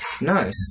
Nice